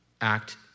act